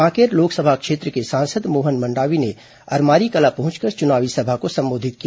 कांकेर लोकसभा क्षेत्र के सांसद मोहन मंडावी ने अरमारी कला पहुंच कर चुनावी सभा को संबोधित किया